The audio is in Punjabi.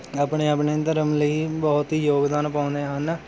ਆਪਣੇ ਆਪਣੇ ਧਰਮ ਲਈ ਬਹੁਤ ਹੀ ਯੋਗਦਾਨ ਪਾਉਂਦੇ ਹਨ